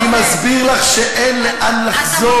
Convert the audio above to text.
אני מסביר לך שאין לאן לחזור.